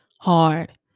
hard